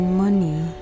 money